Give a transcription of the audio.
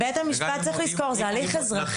בית המשפט צריך לזכור, זה הליך אזרחי.